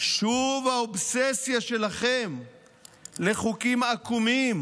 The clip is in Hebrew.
שוב האובססיה שלכם לחוקים עקומים,